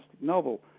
novel